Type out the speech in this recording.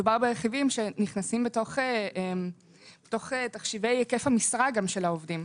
בגלל שמדובר ברכיבים שנכנסים בתוך תחשיבי היקף המשרה של העובדים.